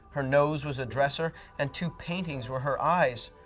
her nose was a dresser, and two paintings were her eyes.